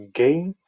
game